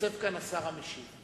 שיתייצב כאן השר המשיב.